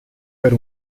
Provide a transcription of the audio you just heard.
per